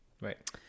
right